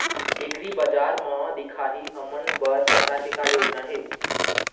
एग्रीबजार म दिखाही हमन बर सरकार के का योजना हे?